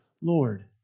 Lord